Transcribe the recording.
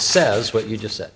says what you just said